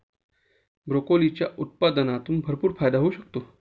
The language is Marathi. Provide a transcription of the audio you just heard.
ब्रोकोलीच्या उत्पादनातून भरपूर फायदा होऊ शकतो